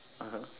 (uh huh)